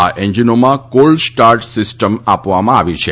આ એન્જિનોમાં cold start system આપવામાં આવી છે